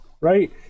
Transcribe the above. right